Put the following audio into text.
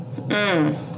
Mmm